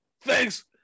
Thanks